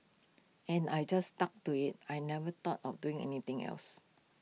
and I just stuck to IT I never thought of doing anything else